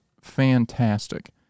fantastic